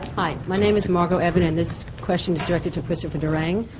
hi. my name is margo evan and this question is directed to christopher durang.